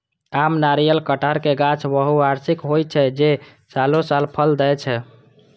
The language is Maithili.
आम, नारियल, कहटर के गाछ बहुवार्षिक होइ छै, जे सालों साल फल दै छै